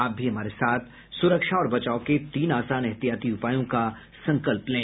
आप भी हमारे साथ सुरक्षा और बचाव के तीन आसान एहतियाती उपायों का संकल्प लें